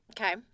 Okay